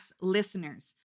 listeners